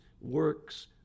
works